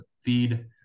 feed